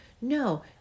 No